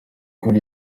cool